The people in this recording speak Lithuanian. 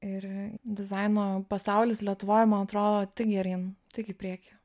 ir dizaino pasaulis lietuvoj man atrodo tik geryn tik į priekį